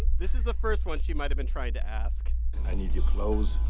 this is the first one she might've been trying to ask i need your clothes,